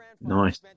Nice